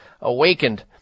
awakened